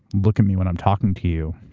look at me when i'm talking to you.